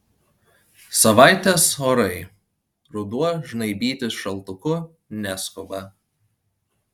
savaitės orai ruduo žnaibytis šaltuku neskuba